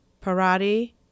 Parati